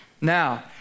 Now